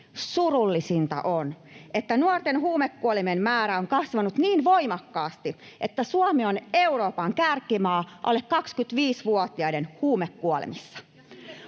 Surullisinta on, että nuorten huumekuolemien määrä on kasvanut niin voimakkaasti, että Suomi on Euroopan kärkimaa alle 25-vuotiaiden huumekuolemissa.